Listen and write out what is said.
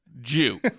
Jew